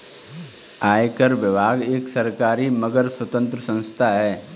आयकर विभाग एक सरकारी मगर स्वतंत्र संस्था है